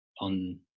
on